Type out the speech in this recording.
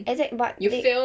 exact but they